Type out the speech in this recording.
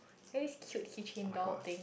then this cute key chain doll thing